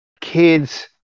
kids